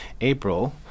April